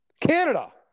Canada